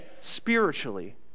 spiritually